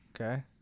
okay